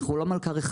אנחנו לא מלכ"ר אחד.